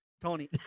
Tony